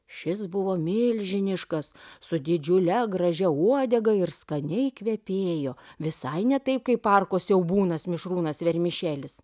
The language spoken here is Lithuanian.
šis buvo milžiniškas su didžiule gražia uodega ir skaniai kvepėjo visai ne taip kaip parko siaubūnas mišrūnas vermišelis